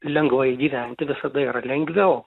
lengvai gyventi visada yra lengviau